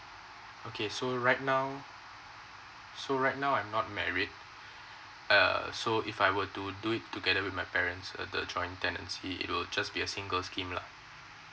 okay so right now so right now I'm not married uh so if I were to do it together with my parents the joint tenancy it will just be a single scheme lah